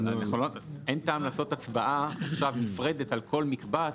אין טעם לעשות הצבעה נפרדת על כל מקבץ,